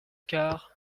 quart